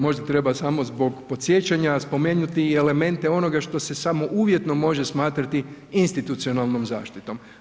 Možda treba samo zbog podsjećanja spomenuti i elemente onoga što se samo uvjetno može smatrati institucionalnom zaštitom.